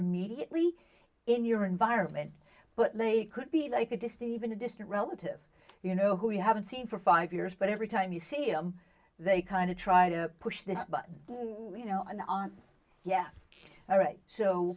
immediately in your environment but they could be like a deceiving a distant relative you know who you haven't seen for five years but every time you see them they kind of try to push their buttons you know and on yeah all right so